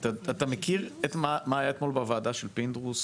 אתה מכיר את מה שהיה אתמול בוועדה של פינדרוס